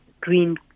green